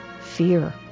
fear